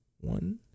One